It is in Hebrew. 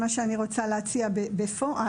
מה שאני רוצה להציע בפועל,